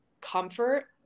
comfort